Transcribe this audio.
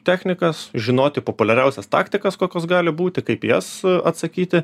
technikas žinoti populiariausias taktikas kokios gali būti kaip į jas atsakyti